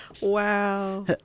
wow